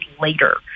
later